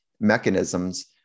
mechanisms